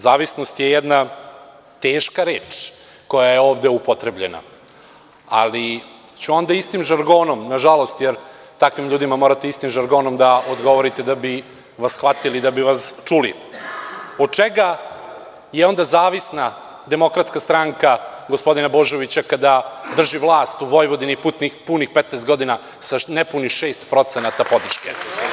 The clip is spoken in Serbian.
Zavisnost je jedna teška reč koja je ovde upotrebljena, ali ću onda istim žargonom na žalost, jer takvim ljudima morate istim žargonom da odgovorite, da bi vas shvatili i čuli, od čega je onda zavisna DS gospodina Božovića kada drži vlast u Vojvodini punih 15 godina sa nepunih 6% podrške?